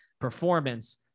performance